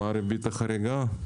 מה הריבית החריגה?